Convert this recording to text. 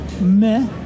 meh